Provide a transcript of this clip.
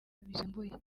bisembuye